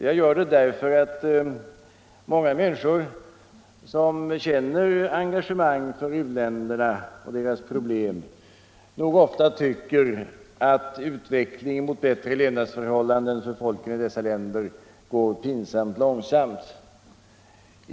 Jag gör det därför att många människor, som känner engagemang för u-länderna och deras problem, nog ofta tycker att utvecklingen till bättre levnadsförhållanden för folken i dessa länder går pinsamt långsamt.